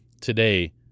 today